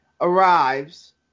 arrives